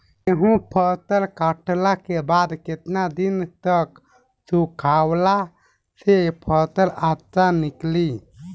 गेंहू फसल कटला के बाद केतना दिन तक सुखावला से फसल अच्छा निकली?